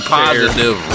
positive